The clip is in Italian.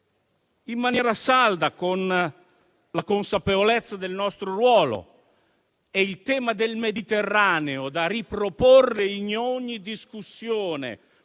in maniera salda, con la consapevolezza del nostro ruolo. Inoltre, il tema del Mediterraneo, da riproporre in ogni discussione